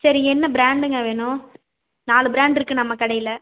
சரி என்ன பிராண்டுங்க வேணும் நாலு பிராண்ட்ருக்கு நம்ம கடையில்